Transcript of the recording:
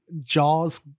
jaws